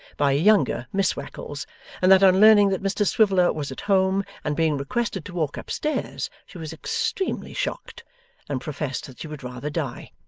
by a younger miss wackles and that on learning that mr swiveller was at home and being requested to walk upstairs, she was extremely shocked and professed that she would rather die.